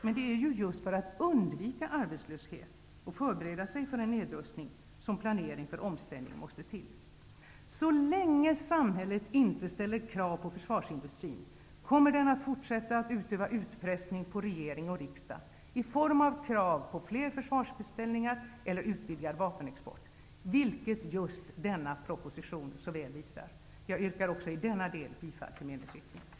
Men det är ju just för att undvika arbetslöshet och för att förbereda sig för en nedrustning som planering för omställning måste till. Så länge samhället inte ställer krav på försvarsindustrin kommer den att fortsätta att utöva utpressning på regering och riksdag i form av krav på fler försvarsbeställningar eller utvidgad vapenexport, vilket just denna proposition så väl visar. Jag yrkar också i denna del bifall till meningsyttringen.